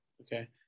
Okay